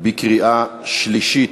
על החוק בקריאה שלישית.